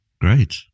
great